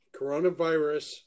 coronavirus